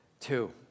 Two